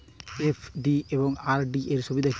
FD এবং RD এর সুবিধা কী?